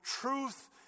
truth